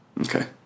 Okay